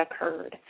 occurred